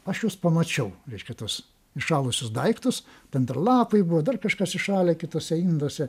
aš juos pamačiau reiškia tuos įšalusius daiktus ten dar lapai buvo dar kažkas įšalę kituose induose